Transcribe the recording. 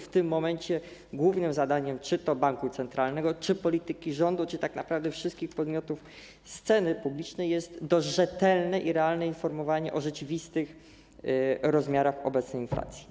W tym momencie głównym zadaniem czy to banku centralnego, czy w zakresie polityki rządu, czy tak naprawdę wszystkich podmiotów sceny publicznej jest dość rzetelne i realne informowanie o rzeczywistych rozmiarach obecnej inflacji.